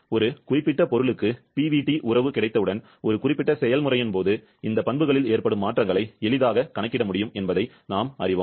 ஒரு குறிப்பிட்ட பொருளுக்கு PvT உறவு கிடைத்தவுடன் ஒரு குறிப்பிட்ட செயல்முறையின் போது இந்த பண்புகளில் ஏற்படும் மாற்றங்களை எளிதாக கணக்கிட முடியும் என்பதை நாம் அறிவோம்